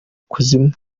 kuzimu